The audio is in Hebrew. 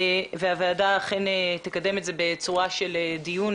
הוועדה אכן תקדם את זה בצורה של דיון